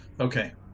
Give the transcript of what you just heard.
Okay